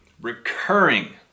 recurring